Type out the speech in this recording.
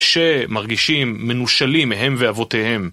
שמרגישים מנושלים מהם ואבותיהם.